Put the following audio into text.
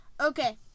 Okay